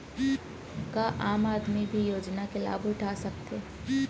का आम आदमी भी योजना के लाभ उठा सकथे?